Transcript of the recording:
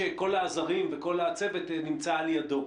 שכל העזרים וכל הצוות נמצא לידו.